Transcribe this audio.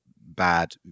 bad